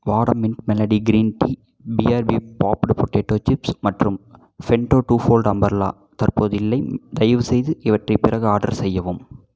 வாடம் mint melody green tea PRB puffed potato chips மற்றும் ஃபென்டோ two fold umbrella தற்போது இல்லை தயவுசெய்து இவற்றை பிறகு ஆர்டர் செய்யவும்